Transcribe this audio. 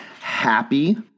happy